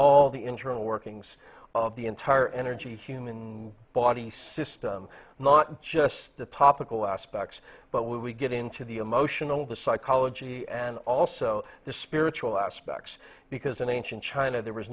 all the internal workings of the entire energy human body system not just the topical aspects but we get into the emotional the psychology and also the spiritual aspects because in ancient china there was